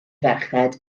ferched